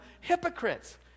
hypocrites